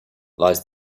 lies